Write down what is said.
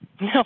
No